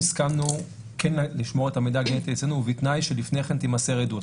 הסכמנו כן לשמור את המידע הגנטי אצלנו ובתנאי שלפני כן תימסר עדות.